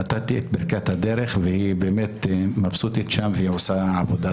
נתתי את ברכת הדרך והיא מבסוטית שם והיא עושה עבודת קודש.